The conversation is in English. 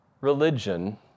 religion